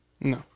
no